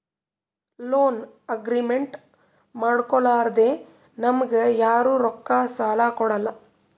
loan agreement ಮಾಡ್ಕೊಲಾರ್ದೆ ನಮ್ಗ್ ಯಾರು ರೊಕ್ಕಾ ಸಾಲ ಕೊಡಲ್ಲ